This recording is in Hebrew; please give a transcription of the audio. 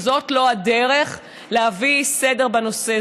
שזאת לא הדרך להביא סדר בנושא,